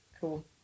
Cool